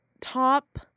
top